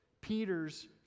Peter's